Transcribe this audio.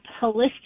holistic